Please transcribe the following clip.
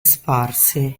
sparsi